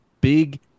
big